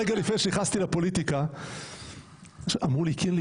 רגע לפני שנכנסתי לפוליטיקה אמרו לי: קינלי,